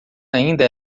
ainda